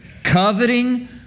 coveting